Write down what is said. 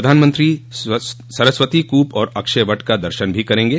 प्रधानमंत्री सरस्वती कूप और अक्षयवट का दर्शन भी करेंगे